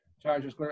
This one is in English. Chargers